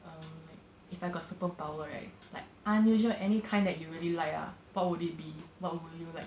um like if I got superpower right like unusual any kind that you really like ah what would it be what will you like